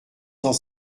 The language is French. cent